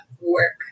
work